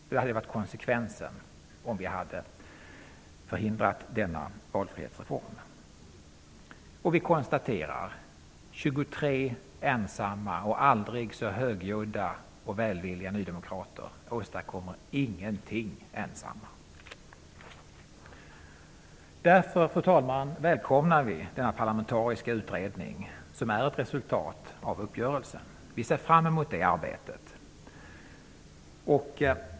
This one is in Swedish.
Det hade varit konsekvensen om vi hade förhindrat denna valfrihetsreform. Vi konstaterar att 23 ensamma, aldrig så högljudda och välvilliga nydemokrater ingenting kan åstadkomma ensamma. Därför, fru talman, välkomnar vi den parlamentariska utredning som är ett resultat av uppgörelsen. Vi ser fram emot arbetet i utredningen.